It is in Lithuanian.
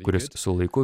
kuris su laiku